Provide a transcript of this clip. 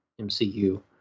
MCU